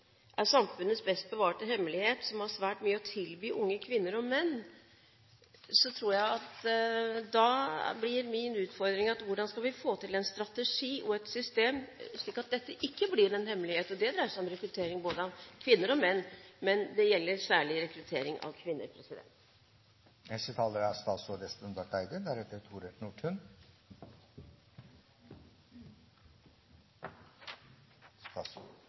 er samfunnets best bevarte hemmelighet som har svært mye å tilby unge kvinner og menn, tror jeg min utfordring blir: Hvordan skal vi få til en strategi og et system slik at dette ikke blir en hemmelighet? Det dreier seg om rekruttering av både kvinner og menn, men det gjelder særlig rekruttering av kvinner.